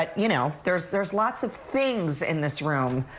ah you know, there's there's lots of things in this room.